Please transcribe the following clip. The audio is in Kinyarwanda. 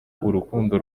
urukundo